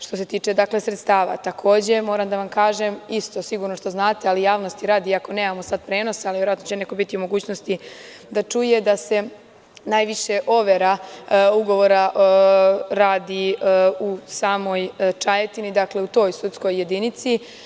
Što se tiče sredstava, takođe moram da vam kažem, isto sigurno što znate, ali javnosti radi, ako nemamo sada prenos, ali verovatno će neko biti u mogućnosti da čuje, da se najviše overa ugovora radi u samoj Čajetini, dakle u toj sudskoj jedinici.